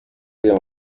uriya